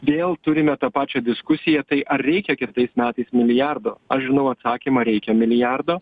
vėl turime tą pačią diskusiją tai ar reikia kitais metais milijardo aš žinau atsakymą reikia milijardo